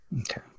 Okay